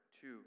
two